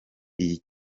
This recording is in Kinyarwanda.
iyi